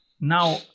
Now